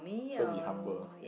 so be humble